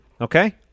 okay